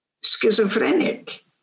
schizophrenic